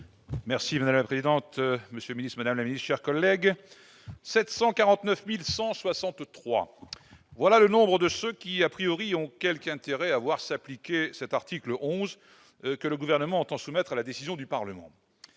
I-221. Madame la présidente, monsieur le ministre, madame la secrétaire d'État, mes chers collègues, 749 163 : c'est le nombre de ceux qui ont quelque intérêt à voir s'appliquer l'article 11 que le Gouvernement entend soumettre à la décision du Parlement.